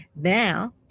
Now